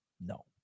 No